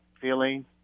feeling